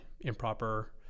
improper